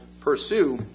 pursue